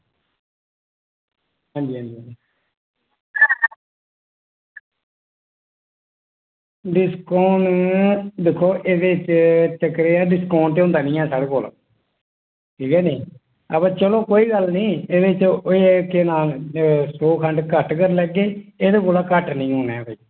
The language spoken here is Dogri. हां जी हां जी डिस्काऊंट एह्दे च चक्कर एह् ऐ कि डिस्काऊंट होंदा निं ऐ साढ़े कोल ठीक ऐ निं बा चलो कोई गल्ल निं एह्दे च कोई ना सौ हंड घट्ट करी लैगे एह्दे कोला घट्ट निं होना ऐ भई